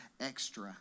extra